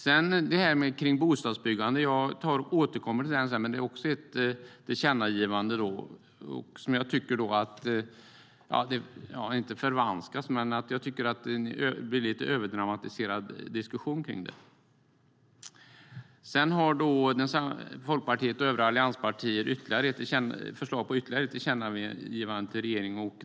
Tillkännagivandet om bostadsbyggande återkommer jag till, men jag tycker att det blivit om inte förvanskat så i alla fall lite överdramatiserat i diskussionen. Sedan har Folkpartiet och övriga allianspartier ett förslag till ytterligare ett tillkännagivande.